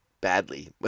badly